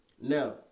Now